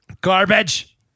Garbage